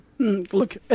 Look